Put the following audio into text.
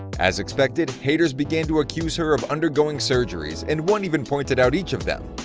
as expected, haters began to accuse her of undergoing surgeries. and one even pointed out each of them.